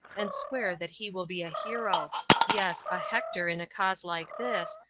and swear that he will be a hero yes, a hector in a cause like this,